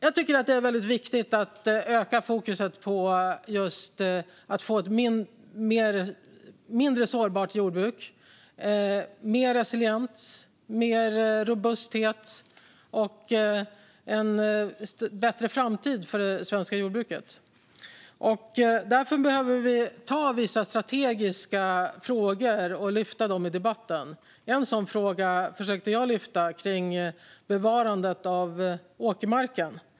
Jag tycker att det är viktigt att öka fokus på att få ett mindre sårbart jordbruk, mer resiliens och robusthet och en bättre framtid för det svenska jordbruket. Därför behöver vi lyfta fram vissa strategiska frågor i debatten. En sådan fråga försökte jag lyfta fram - den om bevarandet av åkermarken.